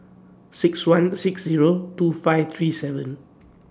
six one six Zero two five three seven